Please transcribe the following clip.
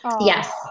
Yes